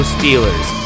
Steelers